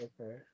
Okay